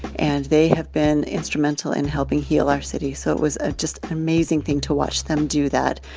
and they have been instrumental in helping heal our city. so it was ah just an amazing thing to watch them do that.